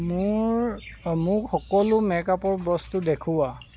মোৰ অ' মোক সকলো মেকআপৰ বস্তু দেখুওৱা